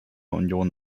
union